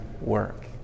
work